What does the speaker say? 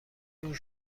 دور